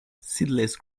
seedless